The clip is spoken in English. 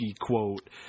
quote